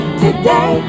today